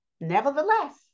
Nevertheless